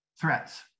Threats